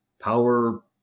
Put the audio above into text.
power